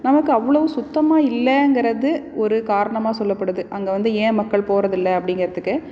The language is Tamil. நமக்கு அவ்வளவு சுத்தமாக இல்லைங்குறது ஒரு காரணமாக சொல்லப்படுது அங்கே வந்து ஏன் மக்கள் போறதில்லை அப்படிங்குறத்துக்கு